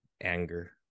anger